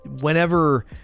whenever